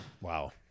Wow